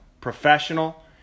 professional